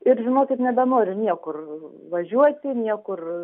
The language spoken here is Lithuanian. ir žinokit nebenoriu niekur važiuoti niekur